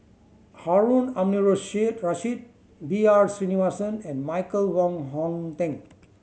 Harun Aminurrashid B R Sreenivasan and Michael Wong Hong Teng